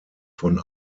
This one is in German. von